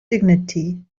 dignity